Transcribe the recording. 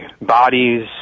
bodies